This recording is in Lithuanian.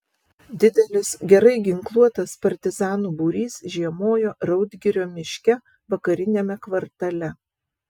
didelis gerai ginkluotas partizanų būrys žiemojo raudgirio miške vakariniame kvartale